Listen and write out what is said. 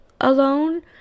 alone